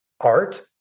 art